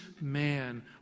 man